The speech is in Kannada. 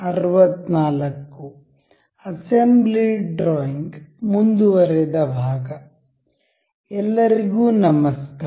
ಅಸೆಂಬ್ಲಿ ಡ್ರಾಯಿಂಗ್ ಮುಂದುವರೆದ ಎಲ್ಲರಿಗೂ ನಮಸ್ಕಾರ